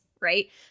right